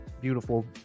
beautiful